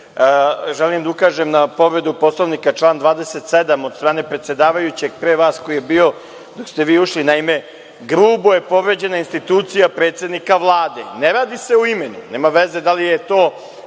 želim da ukažem na povredu Poslovnika član 27. od strane predsedavajućeg pre vas koji je bio, dok ste vi ušli. Naime, grubo je povređena institucija predsednika Vlade. Ne radi se o imenu, nema veze da li je to